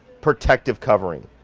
protective covering.